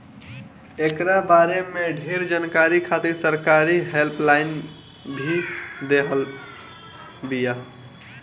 एकरा बारे में ढेर जानकारी खातिर सरकार हेल्पलाइन भी देले बिया